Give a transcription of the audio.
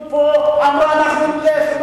אמרה: אנחנו נלך.